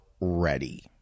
ready